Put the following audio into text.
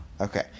okay